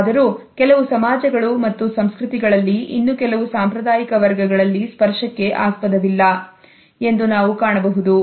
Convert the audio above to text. ಆದರೂ ಕೆಲವು ಸಮಾಜಗಳು ಮತ್ತು ಸಂಸ್ಕೃತಿಗಳಲ್ಲಿ ಇನ್ನು ಕೆಲವು ಸಾಂಪ್ರದಾಯಿಕ ವರ್ಗಗಳಲ್ಲಿ ಸ್ಪರ್ಶಕ್ಕೆ ಆಸ್ಪದವಿಲ್ಲ ಎಂದು ನಾವು ಕಾಣಬಹುದು